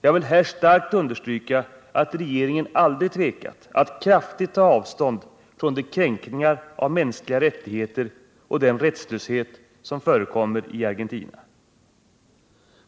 Jag vill här starkt understryka att regeringen aldrig tvekat att kraftigt ta avstånd från de kränkningar av mänskliga rättigheter och den rättslöshet som förekommer i Argentina.